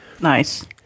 Nice